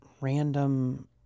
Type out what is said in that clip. Random